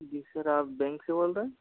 जी sir आप bank से बोल रहे